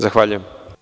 Zahvaljujem.